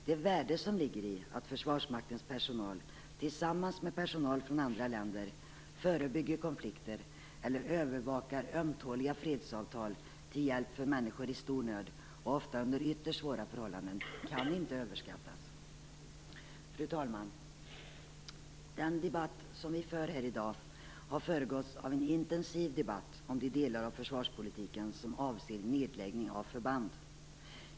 Det värde som ligger i att Försvarsmaktens personal tillsammans med personal människor från andra länder förebygger konflikter eller övervakar ömtåliga fredsavtal till hjälp för människor i stor nöd och under ofta ytterst svåra förhållanden, kan inte överskattas. Fru talman! Den debatt vi för här i dag, har föregåtts av en intensiv debatt om de delar av försvarspolitiken som avser nedläggning av förband.